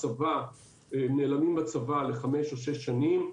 נעלמים בצבא לחמש-שש שנים,